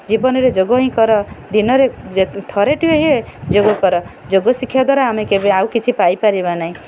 ଜୀବନରେ ଯୋଗ ହିଁ କର ଦିନରେ ଥରୁଟିଏ ଯୋଗ କର ଯୋଗ ଶିକ୍ଷା ଦ୍ୱାରା ଆମେ କେବେ ଆଉ କିଛି ପାଇପାରିବା ନାହିଁ